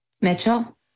Mitchell